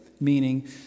meaning